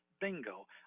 bingo